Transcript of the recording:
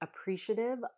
appreciative